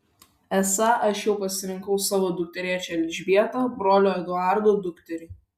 esą aš jau pasirinkau savo dukterėčią elžbietą brolio eduardo dukterį